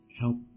help